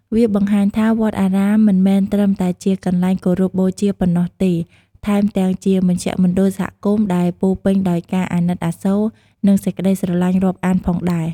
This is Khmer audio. វាបង្ហាញថាវត្តអារាមមិនមែនត្រឹមតែជាកន្លែងគោរពបូជាប៉ុណ្ណោះទេ ថែមទាំងជាមជ្ឈមណ្ឌលសហគមន៍ដែលពោរពេញដោយការអាណិតអាសូរ និងសេចក្តីស្រលាញ់រាប់អានផងដែរ។